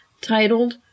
titled